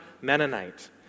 Mennonite